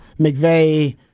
McVeigh